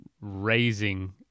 raising